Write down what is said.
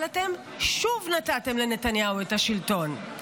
אבל אתם שוב נתתם לנתניהו את השלטון,